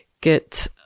get